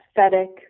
aesthetic